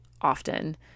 often